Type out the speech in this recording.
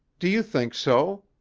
do you think so?